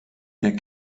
der